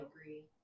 agree